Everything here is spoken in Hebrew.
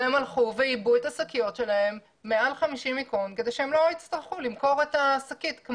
הן עיבו את השקיות שלהן מעל 50 מקרון כדי שהן לא יצטרכו למכור את השקית.